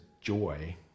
joy